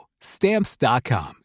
stamps.com